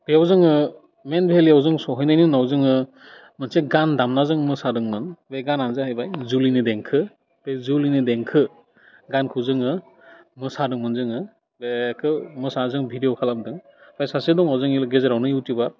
बेयाव जोङो मेन भेलियाव जों सहैनायनि उनाव जोङो मोनसे गान दामना जों मोसादोंमोन बे गानआनो जाहैबाय जुलिनि देंखो बे जुलिनि देंखो गानखौ जोङो मोसादोंमोन जोङो बेखौ मोसाना जों भिडिय' खालामदों ओमफ्राय सासे दङ जोंनि गेजेरावनो युटुबार